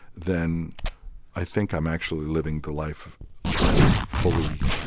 then i think i'm actually living the life i'm fully